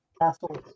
castle